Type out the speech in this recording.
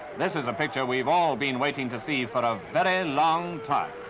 this is a picture we've all been waiting to see for a very long time.